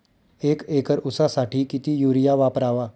एक एकर ऊसासाठी किती युरिया वापरावा?